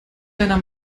deiner